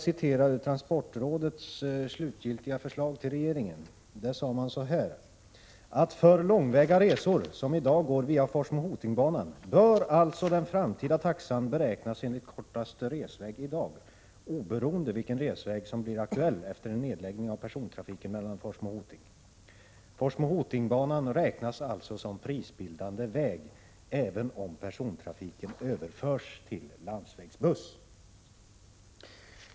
I transportrådets slutgiltiga förslag till regeringen framhölls att för långväga resor som i dag går via Forsmo-Hoting-banan den framtida taxan bör beräknas enligt kortaste resväg i dag, oberoende av vilken resväg som blir aktuell efter nedläggning av persontrafiken mellan Forsmo och Hoting. Det underströks vidare att Forsmo-Hoting-banan alltså räknas som prisbildande väg, även om persontrafiken överförs till landsvägsbuss.